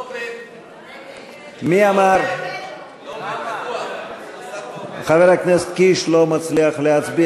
של קבוצת סיעת יש עתיד לסעיף 17 לא נתקבלה.